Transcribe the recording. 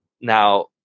Now